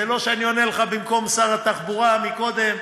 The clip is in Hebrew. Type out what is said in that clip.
זה לא שאני עונה לך במקום שר התחבורה כמו קודם.